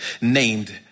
named